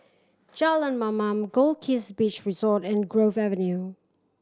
Jalan Mamam Goldkist Beach Resort and Grove Avenue